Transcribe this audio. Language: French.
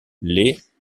les